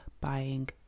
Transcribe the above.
buying